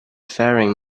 faring